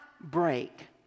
break